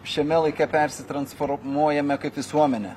šiame laike persitransformuojame kaip visuomenė